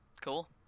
Cool